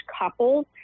couples